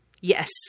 Yes